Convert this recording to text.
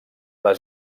les